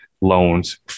loans